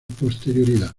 posterioridad